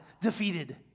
defeated